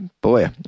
Boy